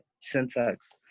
syntax